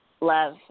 love